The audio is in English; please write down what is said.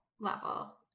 level